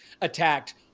attacked